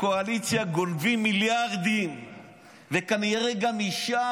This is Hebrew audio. הקואליציה גונבים מיליארדים וכנראה גם משם,